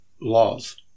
laws